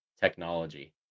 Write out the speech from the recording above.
technology